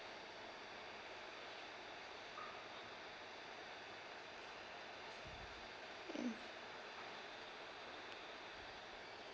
ya